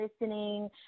listening